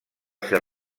ser